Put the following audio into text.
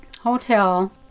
hotel